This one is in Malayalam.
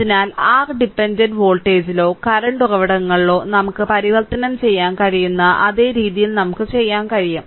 അതിനാൽ r ഡിപെൻഡന്റ് വോൾട്ടേജിലോ കറന്റ് ഉറവിടങ്ങളിലോ നമുക്ക് പരിവർത്തനം ചെയ്യാൻ കഴിയുന്ന അതേ രീതിയിൽ നമുക്ക് ചെയ്യാൻ കഴിയും